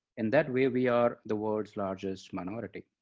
in that way, we are the world's largest minority.